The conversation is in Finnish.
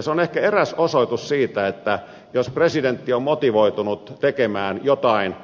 se on ehkä eräs osoitus siitä että jos presidentti on motivoitunut tekemään jotain